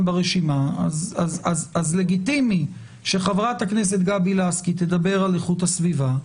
ברשימה אז לגיטימי שחברת הכנסת גבי לסקי תדבר על איכות הסביבה,